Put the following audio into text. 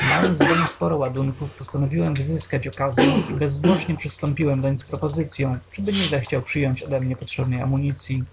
mając w domu sporo ładunków postanowiłem wyzyskać sytuacyę i bezzwłocznie przystąpiłem doń z propozycyą czyby nie zechciał przyjąć odemnie potrzebnej amunicyi